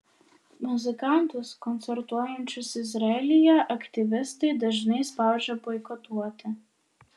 muzikantus koncertuojančius izraelyje aktyvistai dažnai spaudžia boikotuoti